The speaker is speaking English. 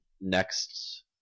next